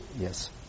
Yes